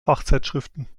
fachzeitschriften